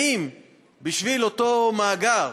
האם בשביל אותו מאגר